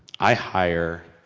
i hire,